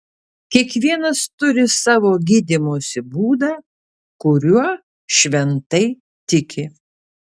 kiekvienas turi savo gydymosi būdą kuriuo šventai tiki